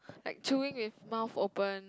like chewing with mouth open